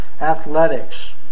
athletics